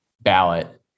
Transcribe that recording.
ballot